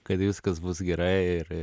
kad viskas bus gerai ir ir